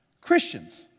Christians